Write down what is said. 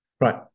Right